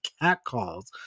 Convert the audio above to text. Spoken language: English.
catcalls